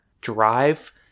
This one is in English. drive